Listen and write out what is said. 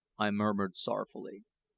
i murmured sorrowfully.